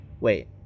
Wait